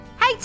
Hey